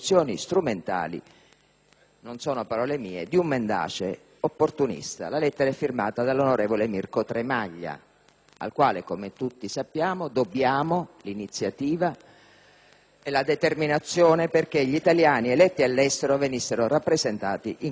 non sono parole mie - di un mendace opportunista». La lettera è firmata dall'onorevole Mirko Tremaglia, al quale dobbiamo, come tutti sappiamo, l'iniziativa e la determinazione perché gli italiani eletti all'estero venissero rappresentati in questo Parlamento.